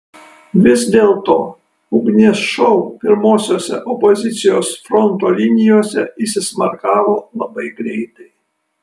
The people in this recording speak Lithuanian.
vis dėlto ugnies šou pirmosiose opozicijos fronto linijose įsismarkavo labai greitai